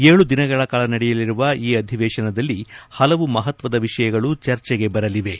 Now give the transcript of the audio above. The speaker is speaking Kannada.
ಏಳು ದಿನಗಳ ಕಾಲ ನಡೆಯಲಿರುವ ಈ ಅಧಿವೇಶನದಲ್ಲಿ ಹಲವು ಮಹತ್ವದ ವಿಷಯಗಳು ಚರ್ಚೆಗೆ ಬರಲಿವೆ